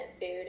food